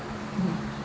mm